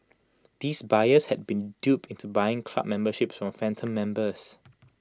these buyers had been duped into buying club memberships from phantom members